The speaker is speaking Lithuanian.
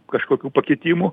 kažkokių pakitimų